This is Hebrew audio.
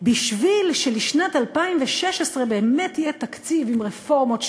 כדי שלשנת 2016 באמת יהיה תקציב עם רפורמות,